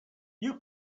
you